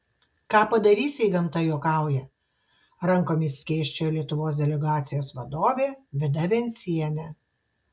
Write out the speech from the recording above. ką padarysi jei gamta juokauja rankomis skėsčiojo lietuvos delegacijos vadovė vida vencienė